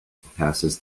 passes